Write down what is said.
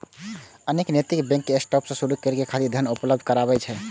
अनेक नैतिक bank startup शुरू करै खातिर धन उपलब्ध कराबै छै